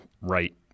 right